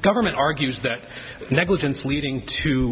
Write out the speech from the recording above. government argues that negligence leading to